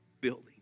building